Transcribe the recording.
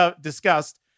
discussed